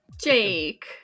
Jake